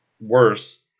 worse